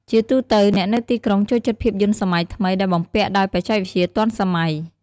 ជាទូទៅ អ្នកនៅទីក្រុងចូលចិត្តភាពយន្តសម័យថ្មីដែលបំពាក់ដោយបច្ចេកវិទ្យាទាន់សម័យ។